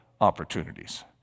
opportunities